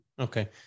Okay